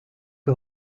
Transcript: que